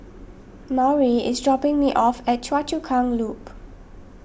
Maury is dropping me off at Choa Chu Kang Loop